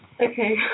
Okay